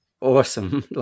awesome